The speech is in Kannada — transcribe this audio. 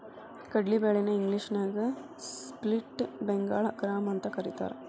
ಕಡ್ಲಿ ಬ್ಯಾಳಿ ನ ಇಂಗ್ಲೇಷನ್ಯಾಗ ಸ್ಪ್ಲಿಟ್ ಬೆಂಗಾಳ್ ಗ್ರಾಂ ಅಂತಕರೇತಾರ